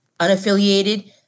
unaffiliated